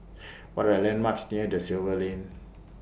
What Are landmarks near DA Silva Lane